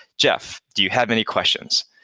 jeff, do you have any questions?